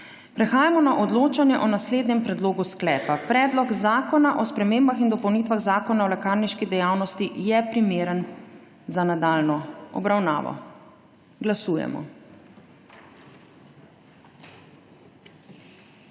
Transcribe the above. Prehajamo na odločanje o naslednjem predlogu sklepa: Predlog zakona o spremembah in dopolnitvah Zakona o lekarniški dejavnosti je primeren za nadaljnjo obravnavo. Glasujemo.